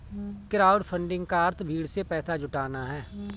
crowdfunding का अर्थ भीड़ से पैसा जुटाना है